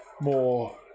more